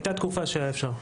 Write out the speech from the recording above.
הייתה תקופה שהיה אפשר.